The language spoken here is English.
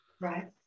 right